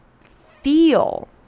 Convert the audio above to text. feel